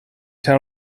town